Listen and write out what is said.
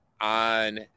on